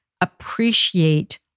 appreciate